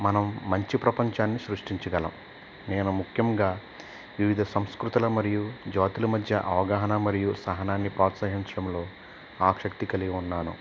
మనం మంచి ప్రపంచాన్ని సృష్టించగలం నేను ముఖ్యముగా వివిధ సంస్కృతుల మరియు జాతుల మధ్య అవగాహన మరియు సహనాన్ని ప్రోత్సహించడంలో ఆసక్తి కలిగి ఉన్నాను